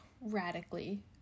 radically